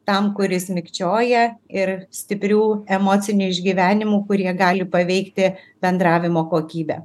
tam kuris mikčioja ir stiprių emocinių išgyvenimų kurie gali paveikti bendravimo kokybę